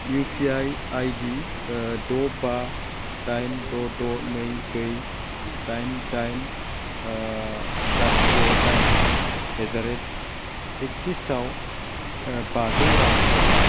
UPI ID द' बा दाइन द' द' नै ब्रै दाइन दाइन लाथिख' दाइन एट दा रेट एक्सिसआव बाजौ रां हर